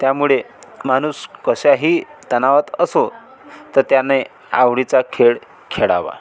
त्यामुळे माणूस कशाही तणावात असो तर त्याने आवडीचा खेळ खेळावा